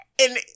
And-